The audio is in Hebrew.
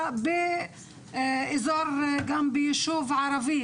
תעשייה ועוד באזור תעשייה בישוב ערבי.